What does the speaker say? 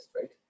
right